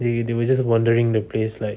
they they were just wandering the place like